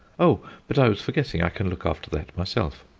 oh, but i was forgetting i can look after that myself.